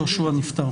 יהושע נפטר